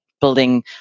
building